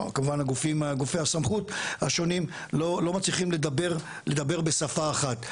כמובן הגופים או כמובן גופי הסמכות השונים לא מצליחים לדבר בשפה אחת.